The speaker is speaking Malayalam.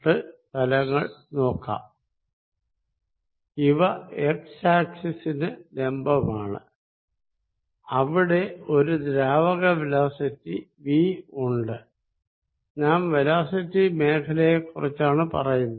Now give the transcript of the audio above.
സർഫേസ് നോക്കാം 5 6 7 8 x ആക്സിസിന് പെർപെൻഡികുലർ ആണ് അവിടെ ഒരു ദ്രാവക വെലോസിറ്റി V ഉണ്ട് നാം വെലോസിറ്റി മേഖലയെക്കുറിച്ചാണ് പറയുന്നത്